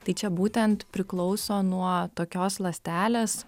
tai čia būtent priklauso nuo tokios ląstelės